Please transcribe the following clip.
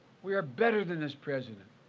we are better than this president.